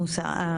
מוסא.